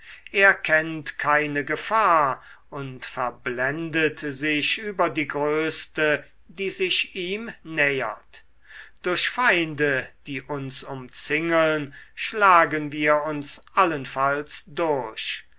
er kennt keine gefahr und verblendet sich über die größte die sich ihm nähert durch feinde die uns umzingeln schlagen wir uns allenfalls durch